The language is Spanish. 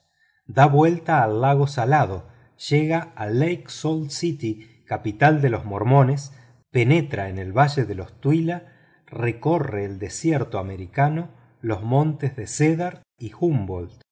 da vuelta al lago salado llega a lake salt city capital de los mormones penetra en el valle de la tuilla recorre el desierto americano los montes de cedar y